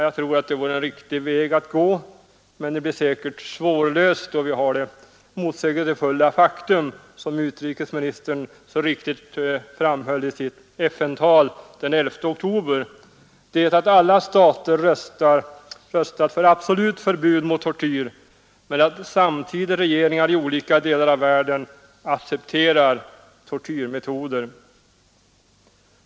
Jag tror att det vore en riktig väg att gå, men problemet blir säkert svårlöst då vi har det motsägelsefulla faktum, som utrikesministern riktigt framhöll i sitt FN-tal den 11 oktober, att alla stater röstat för absolut förbud mot tortyr men att samtidigt regeringar i olika delar av världen accepterar tortyrmetoden.